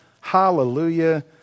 Hallelujah